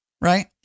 Right